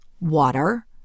Water